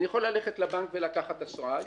אני יכול ללכת לבנק ולקחת אשראי,